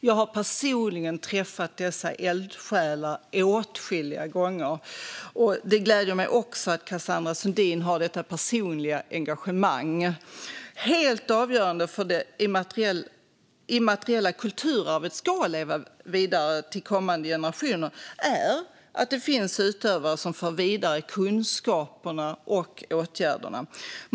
Jag har personligen träffat dessa eldsjälar åtskilliga gånger, och det gläder mig också att Cassandra Sundin har detta personliga engagemang. Helt avgörande för att det immateriella kulturarvet ska leva vidare till kommande generationer är att det finns utövare som för vidare kunskaperna och åtgärderna.